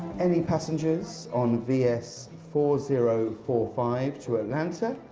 any passengers on b s four zero four five to atlanta,